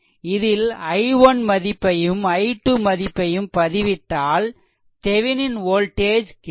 இதில் i1 மதிப்பையும்i2 மதிப்பையும் பதிவிட்டால் தெவெனின் வோல்டேஜ் கிடைக்கும்